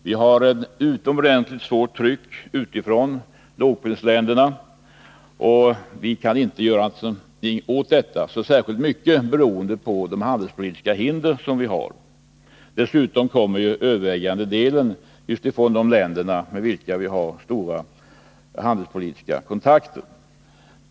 Vi har ett utomordentligt hårt tryck utifrån, bl.a. från lågprisländerna, och vi kan inte göra särskilt mycket åt detta, beroende på de handelspolitiska hinder vi har. Den övervägande delen av importen kommer just från de länder med vilka vi har stora handelspolitiska kontakter.